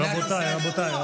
זה יותר אירוע.